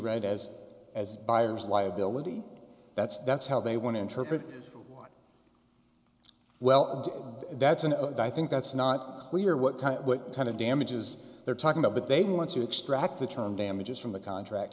read as as buyer's liability that's that's how they want to interpret it well that's an think that's not clear what kind of what kind of damages they're talking about but they want to extract the term damages from the contract